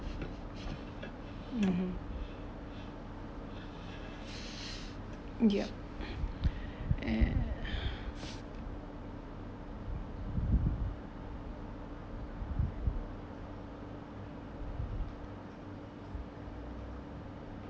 (uh huh) ya